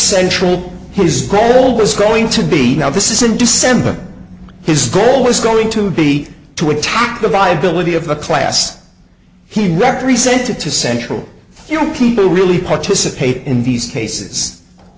central his great old was going to be now this is in december his goal was going to be to attack the viability of the class he represented to central you people really participate in these cases a